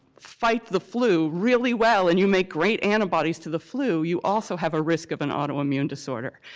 fight the flu really well and you make great antibodies to the flu you also have a risk of an autoimmune disorder.